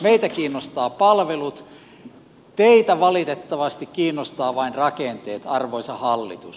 meitä kiinnostavat palvelut teitä valitettavasti kiinnostavat vain rakenteet arvoisa hallitus